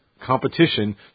competition